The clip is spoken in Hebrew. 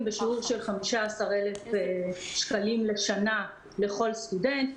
בשיעור של 15,000 שקלים לשנה לכל סטודנט,